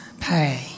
pay